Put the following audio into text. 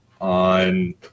on